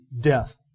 death